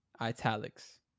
italics